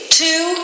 two